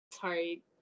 sorry